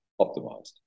optimized